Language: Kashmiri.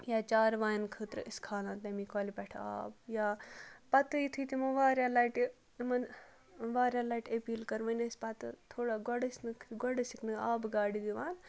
یا چاروایَن خٲطرٕ ٲسۍ کھالان تَمی کۄلہِ پٮ۪ٹھٕ آب یا پَتہٕ یُتھُے تِمو واریاہ لَٹہِ یِمَن واریاہ لَٹہِ أپیٖل کٔرۍ وۄنۍ ٲسۍ پَتہٕ تھوڑا گۄڈٕ ٲسۍ نہٕ گۄڈٕ ٲسِکھ نہٕ آبہٕ گاڑِ دِوان